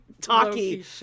talky